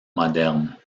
moderne